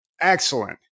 excellent